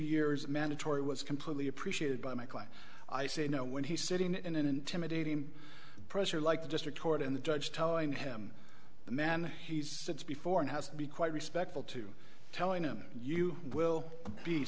years mandatory was completely appreciated by my client i say no when he's sitting in an intimidating pressure like a district court and the judge telling him the man he sits before and has to be quite respectful to telling him you will be